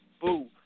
Boo